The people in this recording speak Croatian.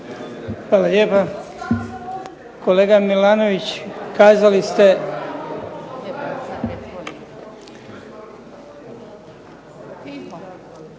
Hvala lijepa. Kolega Milanović je kazao da